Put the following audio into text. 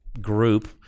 group